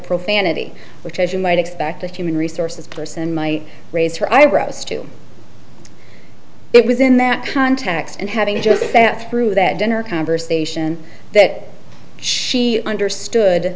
profanity which as you might expect the human resources person might raise her eyebrows too it was in that context and having just sat through that dinner conversation that she understood